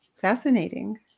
Fascinating